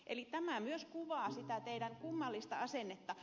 eli tämä myös kuvaa sitä teidän kummallista asennettanne